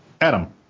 Adam